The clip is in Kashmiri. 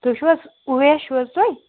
تُہۍ چھُو حظ اویس چھُو حظ تُہۍ